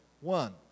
one